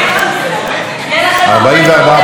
יהיה לכם הרבה, 44 בעד, 32 מתנגדים.